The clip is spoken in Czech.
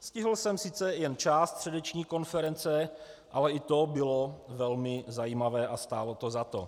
Stihl jsem sice jen část středeční konference, ale i to bylo velmi zajímavé a stálo to za to.